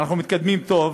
אנחנו מתקדמים טוב,